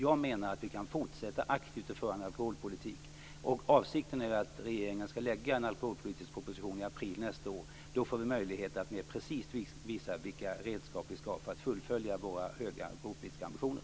Jag menar att vi kan fortsätta aktivt och föra en alkoholpolitik. Avsikten är att regeringen skall lägga fram en alkoholpolitisk proposition i april nästa år. Då får vi möjlighet att mer precist visa vilka redskap vi skall ha för att fullfölja våra höga alkoholpolitiska ambitioner.